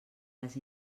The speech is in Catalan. les